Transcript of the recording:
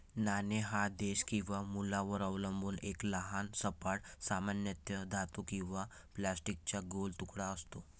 नाणे हा देश किंवा मूल्यावर अवलंबून एक लहान सपाट, सामान्यतः धातू किंवा प्लास्टिकचा गोल तुकडा असतो